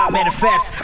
manifest